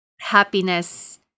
Happiness